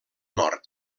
nord